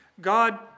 God